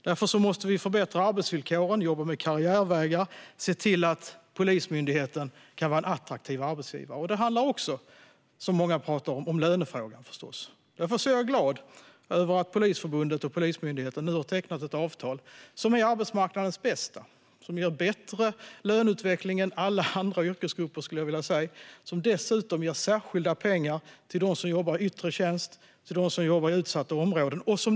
Därför måste vi förbättra arbetsvillkoren, jobba med karriärvägar och se till att Polismyndigheten kan vara en attraktiv arbetsgivare. Det handlar förstås också om lönefrågan, som många pratar om. Därför är jag glad över att Polisförbundet och Polismyndigheten nu har tecknat ett avtal som är arbetsmarknadens bästa. Det ger bättre löneutveckling än när det gäller alla andra yrkesgrupper, skulle jag vilja säga. Och det ger särskilda pengar till dem som jobbar i yttre tjänst och till dem som jobbar i utsatta områden.